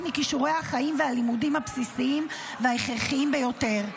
מכישורי החיים והלימודים הבסיסיים וההכרחיים ביותר.